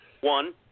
One